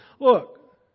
Look